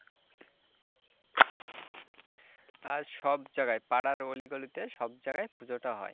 আর সব জায়গায় পাড়ার অলিগলিতে সব জায়গায় পুজোটা হয়